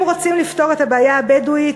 אם רוצים לפתור את הבעיה הבדואית,